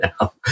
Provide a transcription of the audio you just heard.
now